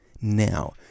Now